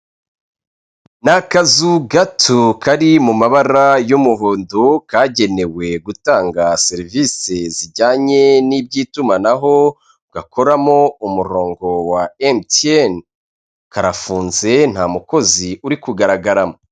N'akazu gato kari mu mabara y'umuhondo kagenewe gutanga serivisi zijyanye n'iby'itumanaho, gakoramo umurongo wa MTN. Karafunze nta mukozi uri kugaragaramo.